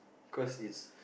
cause it's